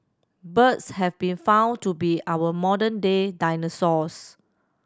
birds have been found to be our modern day dinosaurs